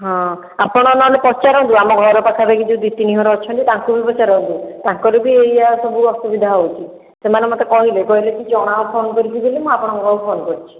ହଁ ଆପଣ ନହେଲେ ପଚାରନ୍ତୁ ଆମ ଘର ପାଖରେ ଯେଉଁ ଦୁଇ ତିନି ଘର ଅଛନ୍ତି ତାଙ୍କୁ ବି ପଚାରନ୍ତୁ ତାଙ୍କର ବି ଏଇଆ ସବୁ ଅସୁବିଧା ହେଉଛି ସେମାନେ ମୋତେ କହିଲେ କହିଲେ କି ଜଣାଅ ଫୋନ୍ କରିକି ବୋଲି ମୁଁ ଆପଣଙ୍କ ପାଖକୁ ଫୋନ୍ କରିଛି